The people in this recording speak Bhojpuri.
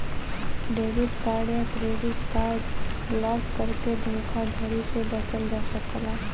डेबिट कार्ड या क्रेडिट कार्ड ब्लॉक करके धोखाधड़ी से बचल जा सकला